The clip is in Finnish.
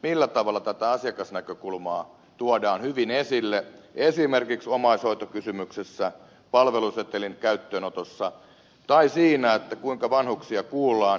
millä tavalla tätä asiakasnäkökulmaa tuodaan hyvin esille esimerkiksi omaishoitokysymyksessä palvelusetelin käyttöönotossa tai siinä kuinka vanhuksia kuullaan